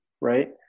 right